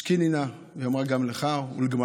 השקיני נא, והיא אומרת: גם לך ולגמליך.